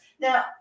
Now